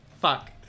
fuck